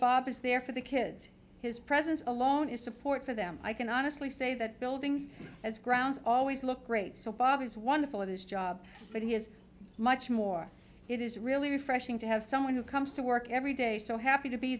is there for the kids his presence alone is support for them i can honestly say that buildings as grounds always look great so bob is wonderful at his job but he is much more it is really refreshing to have someone who comes to work every day so happy to be